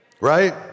Right